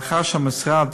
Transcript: ולאחר שהמשרד